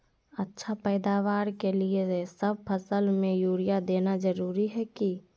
अच्छा पैदावार के लिए सब फसल में यूरिया देना जरुरी है की?